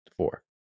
four